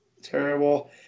Terrible